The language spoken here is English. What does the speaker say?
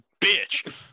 bitch